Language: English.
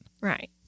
Right